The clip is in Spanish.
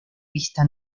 vista